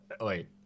Wait